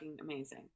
amazing